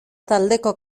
taldeko